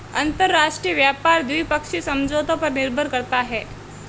अंतरराष्ट्रीय व्यापार द्विपक्षीय समझौतों पर निर्भर करता है